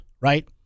right